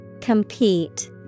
Compete